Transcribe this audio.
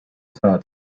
tat